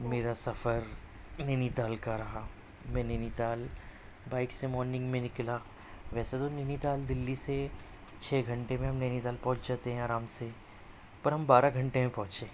میرا سفر نینی تال کا رہا میں نینی تال بائک سے مارنگ میں نکلا ویسے تو نینی تال دلّی سے چھ گھنٹے میں ہم نینی تال پہنچ جاتے ہیں آرام سے پر ہم بارہ گھنٹے میں پہنچے